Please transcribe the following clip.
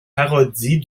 parodie